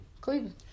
Cleveland